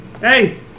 Hey